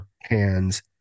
hands